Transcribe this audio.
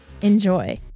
Enjoy